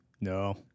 No